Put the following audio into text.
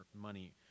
money